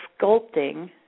sculpting